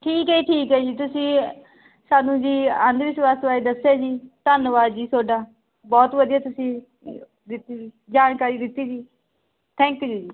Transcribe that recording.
ਠੀਕ ਹੈ ਠੀਕ ਹੈ ਜੀ ਤੁਸੀਂ ਸਾਨੂੰ ਜੀ ਅੰਧ ਵਿਸ਼ਵਾਸ ਬਾਰੇ ਦੱਸਿਆ ਜੀ ਧੰਨਵਾਦ ਜੀ ਤੁਹਾਡਾ ਬਹੁਤ ਵਧੀਆ ਤੁਸੀਂ ਦਿੱਤੀ ਜਾਣਕਾਰੀ ਦਿੱਤੀ ਜੀ ਥੈਂਕ ਯੂ ਜੀ